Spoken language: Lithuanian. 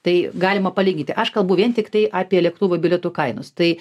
tai galima palyginti aš kalbu vien tiktai apie lėktuvo bilietų kainos tai